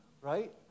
right